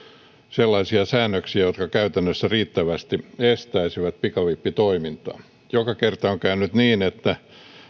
sellaisia säännöksiä jotka käytännössä riittävästi estäisivät pikavippitoimintaa joka kerta on käynyt niin että